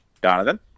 Donovan